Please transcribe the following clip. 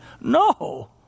No